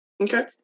Okay